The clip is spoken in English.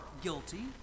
guilty